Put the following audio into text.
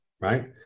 right